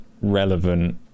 relevant